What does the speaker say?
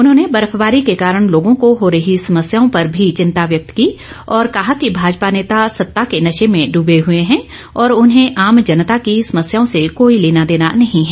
उन्होंने बर्फबारी के कारण लोगों कों हो रही समस्याओं पर भी चिंता व्यक्त की और कहा कि भाजपा नेता सत्ता के नशे में डूबे हुए हैं और उन्हें आम जनता की समस्याओं से कोई लेना देना नहीं है